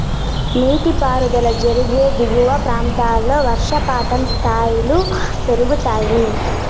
నీటిపారుదల జరిగే దిగువ ప్రాంతాల్లో వర్షపాతం స్థాయిలు పెరుగుతాయి